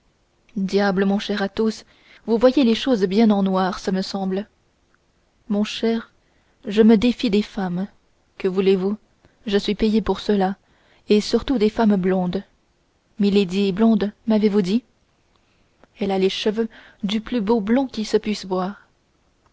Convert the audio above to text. diable mon cher athos vous voyez les choses bien en noir ce me semble mon cher je me défie des femmes que voulez-vous je suis payé pour cela et surtout des femmes blondes milady est blonde m'avez-vous dit elle a les cheveux du plus beau blond qui se puisse voir